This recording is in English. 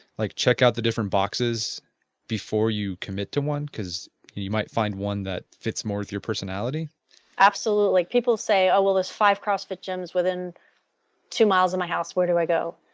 like checkout the different boxes before you commit to one, because you might find one that fits more of your personality absolutely. people say ah well there five crossfit gyms within two miles of my house, where do i go.